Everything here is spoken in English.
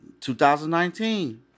2019